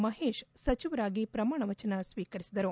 ಮಹೇಶ್ ಸಚಿವರಾಗಿ ಪ್ರಮಾಣ ವಚನ ಸ್ನೀಕರಿಸಿದರು